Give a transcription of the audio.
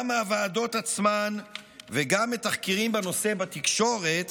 גם מהוועדות עצמן וגם מתחקירים בנושא בתקשורת